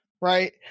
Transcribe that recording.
Right